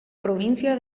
provincia